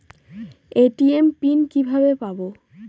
ATM pin কিভাবে পাবো?